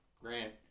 Grant